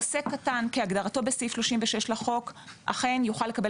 עוסק קטן כהגדרתו בסעיף 36 לחוק אכן יוכל לקבל